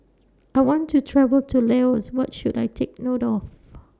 I want to travel to Laos What should I Take note of